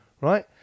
right